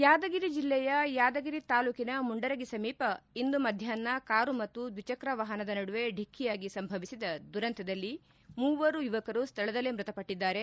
ಯಾದಗಿರಿ ಜೆಲ್ಲೆಯ ಯಾದಗಿರಿ ತಾಲೂಕಿನ ಮುಂಡರಗಿ ಸಮೀಪ ಇಂದು ಮಧ್ಯಾಪ್ನ ಕಾರು ಮತ್ತು ದ್ವಿಚಕ್ರ ವಾಹನದ ನಡುವೆ ಡಿಕ್ಕಿಯಾಗಿ ಸಂಭವಿಸಿದ ದುರಂತದಲ್ಲಿ ಮೂವರು ಯುವಕರು ಸ್ವಳದಲ್ಲೇ ಮೃತಪಟ್ಟಿದ್ದಾರೆ